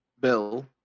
Bill